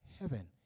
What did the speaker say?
Heaven